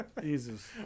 Jesus